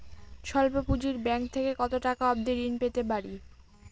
স্বল্প পুঁজির ব্যাংক থেকে কত টাকা অবধি ঋণ পেতে পারি?